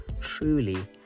truly